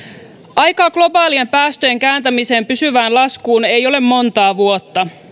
aikaa globaalien päästöjen kääntämiseen pysyvään laskuun ei ole monta vuotta